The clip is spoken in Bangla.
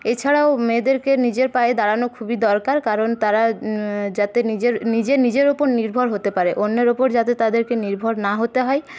এছাড়াও মেয়েদেরকে নিজের পায়ে দাঁড়ানো খুবই দরকার কারণ তারা যাতে নিজে নিজের ওপর নির্ভর হতে পারে অন্যের ওপর যাতে তাদেরকে নির্ভর না হতে হয়